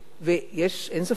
אין ספק